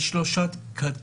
יש שלוש קטגוריות: